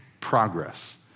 progress